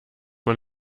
man